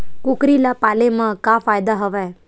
कुकरी ल पाले म का फ़ायदा हवय?